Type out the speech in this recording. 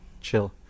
chill